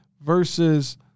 versus